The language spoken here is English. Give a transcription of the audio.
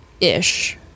ish